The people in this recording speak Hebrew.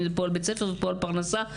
בית ספר ופרנסה,